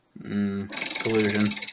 Collusion